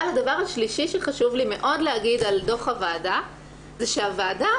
הדבר השלישי שחשוב לי מאוד להגיד על דוח הוועדה זה שהוועדה,